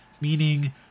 meaning